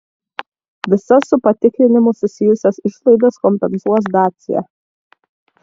visas su patikrinimu susijusias išlaidas kompensuos dacia